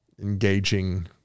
engaging